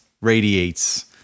radiates